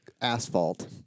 asphalt